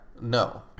No